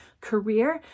career